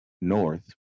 North